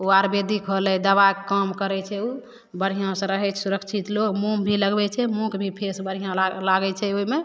ऊ आयुर्वेदिक होलै दवाइ के काम करै छै ऊ बढ़ियाँ सँ रहै छै सुरक्षित लोग मुँह मे भी लगबै छै मुँह के भी फेस बढ़ियाँ लागै लागै छै ओइमे